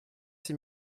six